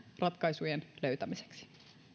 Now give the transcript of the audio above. ratkaisujen löytämiseksi